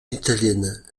italienne